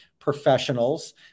professionals